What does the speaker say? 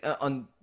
on